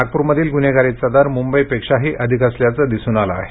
नागपूरमधील गुन्हेगारीचा दर मुंबईपेक्षाही अधिक असल्याच दिसून आल आहे